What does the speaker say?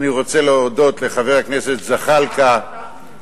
ותוסיף לעקוף את בג"ץ.